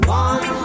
one